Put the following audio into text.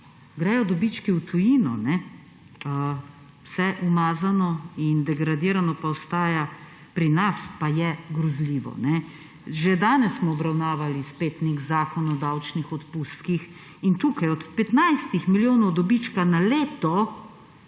gredo dobički v tujino, vse umazano in degradirano pa ostaja pri nas, pa je grozljivo. Že danes smo obravnavali nek zakon o davčnih odpustkih. In tukaj od 15 milijonov dobička na leto